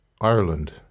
Ireland